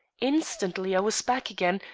instantly i was back again,